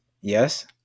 Yes